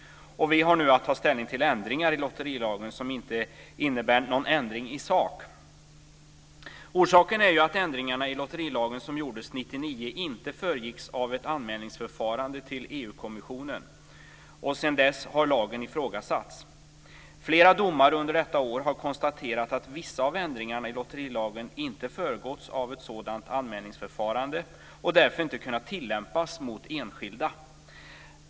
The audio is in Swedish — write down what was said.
Vi har nu att ta ställning till ändringar i lotterilagen som inte innebär någon ändring i sak. Orsaken är ju att ändringarna i lotterilagen som gjordes 1999 inte föregicks av ett anmälningsförfarande till EU-kommissionen, och sedan dess har lagen ifrågasatts. Flera domar under detta år har konstaterat att vissa av ändringarna i lotterilagen inte föregåtts av ett sådant anmälningsförfarande och därför inte kunnat tillämpas mot enskilda.